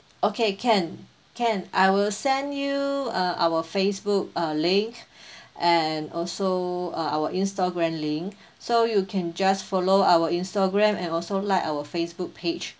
okay can can I will send you uh our Facebook uh link and also uh our Instagram link so you can just follow our Instagram and also like our Facebook page